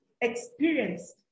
experienced